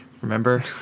Remember